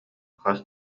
хас